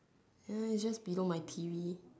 err it's just below my T_V